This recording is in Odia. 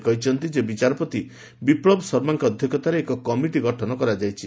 ସେ କହିଛନ୍ତି ଯେ ବିଚାରପତି ବିପ୍ଲବ ଶର୍ମାଙ୍କ ଅଧ୍ୟକ୍ଷତାରେ ଏକ କମିଟି ଗଠନ କରାଯାଇଛି